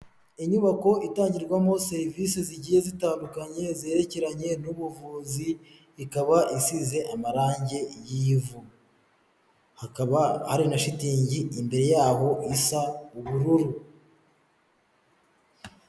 Inyubako itangirwamo serivisi zigiye zitandukanye zerekeranye n'ubuvuzi ikaba isize amarange y'ivu, hakaba hari na shitingi imbere yaho isa ubururu.